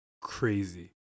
crazy